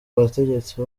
bategetsi